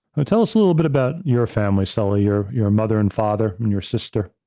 ah tell us a little bit about your family, sully, your your mother and father and your sister.